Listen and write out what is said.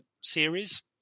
series